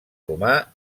romà